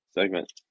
segment